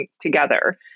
together